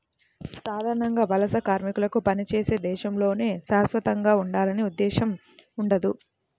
సాధారణంగా వలస కార్మికులకు పనిచేసే దేశంలోనే శాశ్వతంగా ఉండాలనే ఉద్దేశ్యం ఉండదు